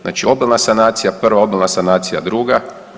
Znači obilna sanacija, prva obilna sanacija, druga.